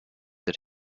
that